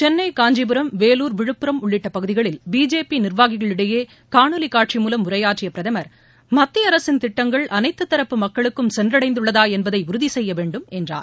சென்னை காஞ்சிபுரம் வேலூர் விழுப்புரம் உள்ளிட்ட பகுதிகளில் பிஜேபி நீர்வாகிகளிடையே காணொலி காட்சி மூலம் உரையாற்றிய பிரதமர் மத்திய அரசின் திட்டங்கள் அனைத்து தரப்பு மக்களுக்கும் சென்றடைந்துள்ளதா என்பதை உறுதி செய்ய வேண்டும் என்றார்